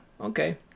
okay